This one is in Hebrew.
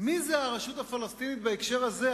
מי זה הרשות הפלסטינית בהקשר הזה,